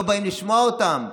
לא באים לשמוע אותם,